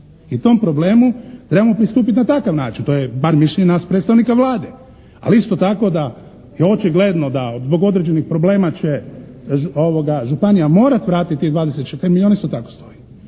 I tom problemu trebamo pristupiti na takav način, to je bar mišljenje nas predstavnika Vlade. Ali isto tako da je očigledno da zbog određenih problema će županija morati vratiti 24 milijuna isto tako stoji.